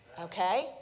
Okay